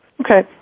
okay